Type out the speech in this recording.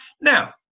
Now